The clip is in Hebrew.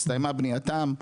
הסתיימה בנייתם,